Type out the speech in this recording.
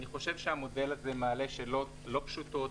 אני חושב שהמודל הזה מעלה שאלות לא פשוטות,